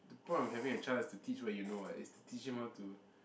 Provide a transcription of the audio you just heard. the point of having a child is to teach what you know what is to teach him how to